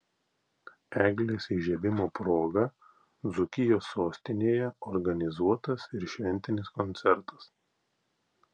eglės įžiebimo proga dzūkijos sostinėje organizuotas ir šventinis koncertas